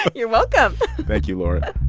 you're welcome thank you, lauren